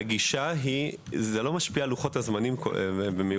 -- היא שזה לא משפיע על לוחות הזמנים במיוחד,